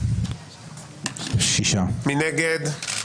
מי נגד?